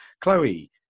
Chloe